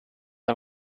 the